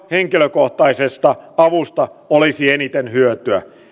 henkilökohtaisesta avusta olisi eniten hyötyä